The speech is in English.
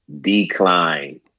decline